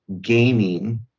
gaming